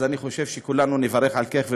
אז אני חושב שכולנו נברך על כך,